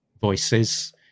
voices